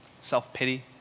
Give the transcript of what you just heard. self-pity